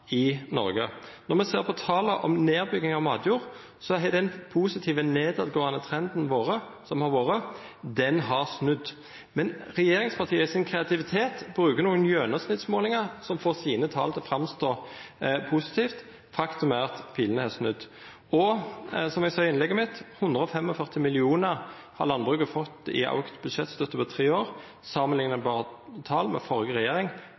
i Noreg. Når me ser på tala for nedbygging av matjord, har den positive nedovergåande trenden som har vore, snudd. Men regjeringspartia – i sin kreativitet – bruker nokre gjennomsnittsmålingar som får deira tal til å framstå positivt. Faktum er at pilen har snudd. Og som eg sa i innlegget mitt, 145 mill. kr har landbruket fått i auka budsjettstøtte over tre år. Tilsvarande tal under førre regjering